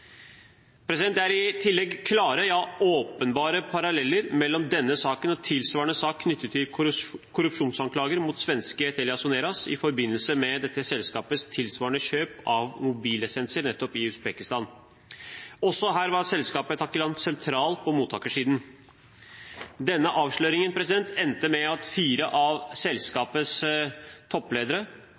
er i tillegg klare – ja åpenbare – paralleller mellom denne saken og tilsvarende sak knyttet til korrupsjonsanklager mot svenske TeliaSoneras i forbindelse med dette selskapets tilsvarende kjøp av mobillisenser nettopp i Usbekistan. Også her var selskapet Takilant sentral på mottakersiden. Denne avsløringen endte med at fire av selskapets toppledere